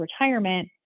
retirement